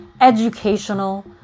educational